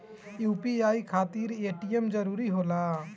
UPI खातिर ATM जरूरी होला?